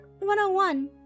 101